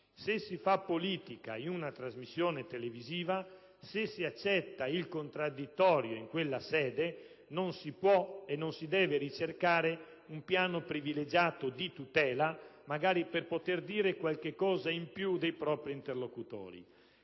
Se si fa politica in una trasmissione televisiva e se si accetta il contraddittorio in quella sede, non si può e non si deve ricercare un piano privilegiato di tutela, magari per poter dire qualcosa in più rispetto ai propri interlocutori.